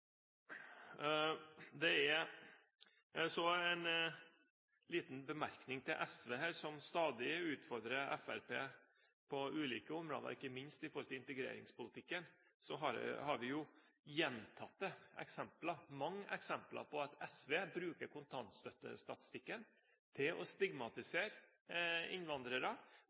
i EØS-området. Så en liten bemerkning til SV, som stadig utfordrer Fremskrittspartiet på ulike områder. Ikke minst i integreringspolitikken, har vi jo gjentatte – mange – eksempler på at SV bruker kontantstøttestatistikken til å stigmatisere innvandrere.